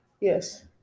yes